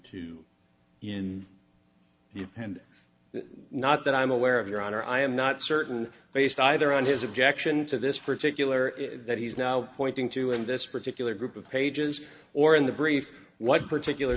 you and not that i'm aware of your honor i am not certain based either on his objection to this particular that he's now pointing to in this particular group of pages or in the brief what particular